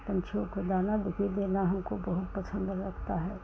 पंछियों का दाना भी देना हमको बहुत पसंद आता है